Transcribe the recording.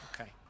Okay